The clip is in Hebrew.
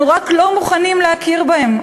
אנחנו רק לא מוכנים להכיר בהם,